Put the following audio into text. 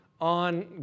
on